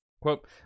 Quote